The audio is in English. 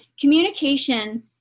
communication